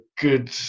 good